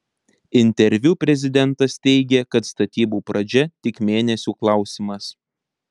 interviu prezidentas teigė kad statybų pradžia tik mėnesių klausimas